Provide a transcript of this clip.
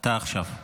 אתה עכשיו,